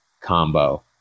combo